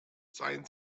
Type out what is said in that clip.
seien